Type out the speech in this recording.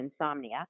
insomnia